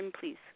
please